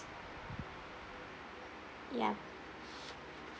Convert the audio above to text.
yup